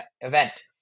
event